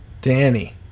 Danny